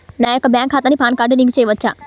నా యొక్క బ్యాంక్ ఖాతాకి పాన్ కార్డ్ లింక్ చేయవచ్చా?